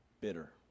bitter